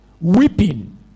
Weeping